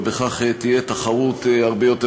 וכך תהיה תחרות הרבה יותר